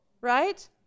right